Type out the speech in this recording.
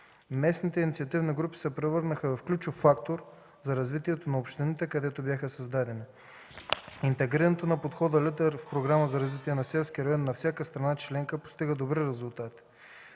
Местните инициативни групи се превърнаха в ключов фактор за развитието на общините, където бяха създадени. Интегрирането на подхода „Лидер” в Програмата за развитие на селските райони на всяка страна членка постига добри резултати.